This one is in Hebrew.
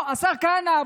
השר כהנא,